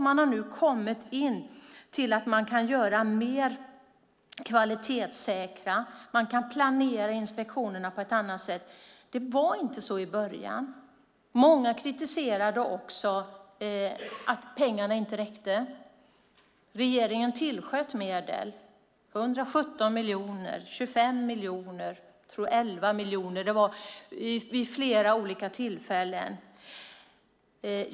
Man har nu kommit fram till att man kan göra inspektionerna mer kvalitetssäkra. Man kan planera dem på ett annat sätt. Det var inte så i början. Många kritiserade också att pengarna inte räckte. Regeringen tillsköt medel - 117 miljoner, 25 miljoner och 11 miljoner. Det skedde vid flera olika tillfällen.